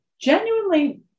genuinely